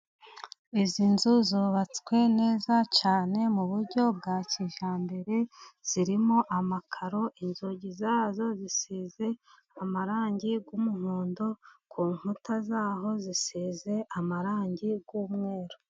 Izi nzu zubatswe neza cyane mu buryo bwa kijyambere, zirimo amakaro inzugi zazo zisize amarangi y'umuhondo, ku nkuta zaho zisize amarangi y'umweru.